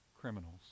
criminals